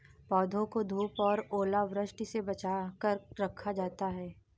पौधों को धूप और ओलावृष्टि से बचा कर रखा जाता है